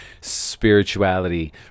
spirituality